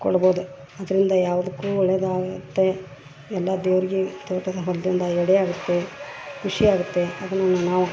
ಕೊಳ್ಬೋದು ಅದರಿಂದ ಯಾವುದಕ್ಕೂ ಒಳ್ಳೆಯದಾಗತ್ತೆ ಎಲ್ಲ ದೇವ್ರ್ಗೆ ಈ ತೋಟದ ಹೊಲದಿಂದ ಎರಡೇ ಎರಡು ಖುಷಿಯಾಗತ್ತೆ ಅದನನ್ನ ನಾವು